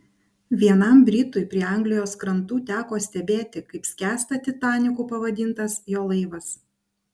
vienam britui prie anglijos krantų teko stebėti kaip skęsta titaniku pavadintas jo laivas